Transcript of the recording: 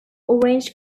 orange